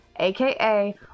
AKA